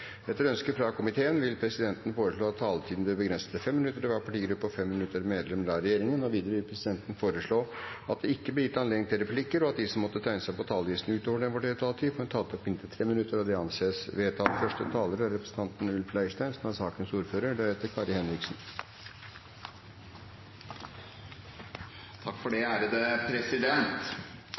Etter ønske fra justiskomiteen vil presidenten foreslå at taletiden blir begrenset til 5 minutter til hver partigruppe og 5 minutter til medlemmer av regjeringen. Videre vil presidenten foreslå at det ikke blir gitt anledning til replikker, og at de som måtte tegne seg på talerlisten utover den fordelte taletid, får en taletid på inntil 3 minutter. – Det anses vedtatt. Fra tid til annen er det nødvendig å tilpasse regelverket til den teknologiske utviklingen. Biometrisk autentisering blir stadig mer vanlig som